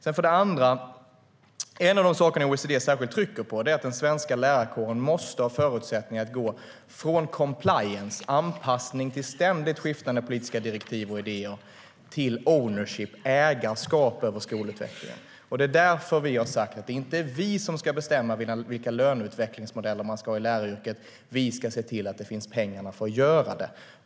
För det andra: En av de saker OECD särskilt trycker på är att den svenska lärarkåren måste ha förutsättningar att gå från compliance, anpassning till ständigt skiftande politiska direktiv och idéer, till ownership, ägarskap över skolutvecklingen. Det är därför vi har sagt att det inte är vi som ska bestämma vilka löneutvecklingsmodeller man ska ha i läraryrket. Vi ska se till pengarna finns för att göra det.